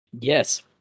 Yes